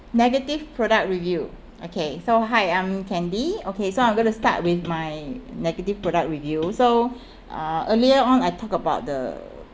negative product review okay so hi I'm candy okay so I'm going to start with my negative product review so uh earlier on I talk about the